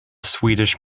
swedish